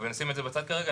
אבל נשים את זה בצד כרגע.